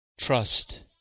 Trust